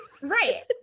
Right